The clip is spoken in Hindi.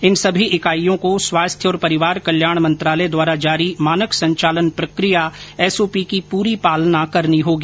इन सभी इकाईयों को स्वास्थ्य और परिवार कल्याण मंत्रालय द्वारा जारी मानक संचालन प्रक्रिया एसओपी की पूरी पालना करनी होगी